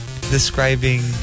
describing